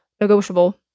Negotiable